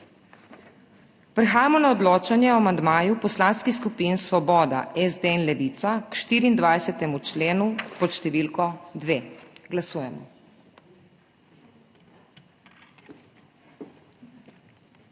Prehajamo na odločanje o amandmaju poslanskih skupin Svoboda, SD in Levica k 19. členu pod številko 2. Glasujemo.